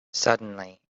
suddenly